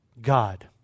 God